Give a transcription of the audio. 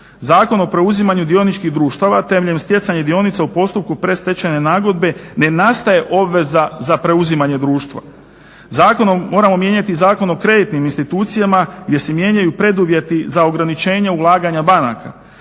Zakon o preuzimanju dioničkih društava temeljem stjecanja dionica u postupku predstečajne nagodbe, ne nastaje obveza za preuzimanje društva. Zakonom, moramo mijenjati Zakon o kreditnim institucijama gdje se mijenjaju preduvjeti za ograničenje ulaganja banaka.